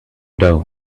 doe